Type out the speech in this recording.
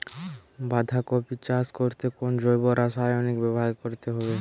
বাঁধাকপি চাষ করতে কোন জৈব রাসায়নিক ব্যবহার করতে হবে?